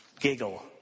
Giggle